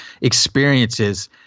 experiences